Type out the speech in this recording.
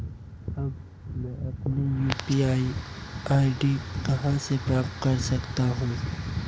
अब मैं अपनी यू.पी.आई आई.डी कहां से प्राप्त कर सकता हूं?